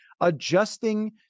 adjusting